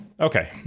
Okay